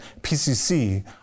PCC